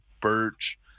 birch